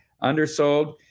undersold